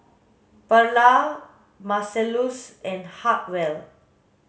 Pearla Marcellus and Hartwell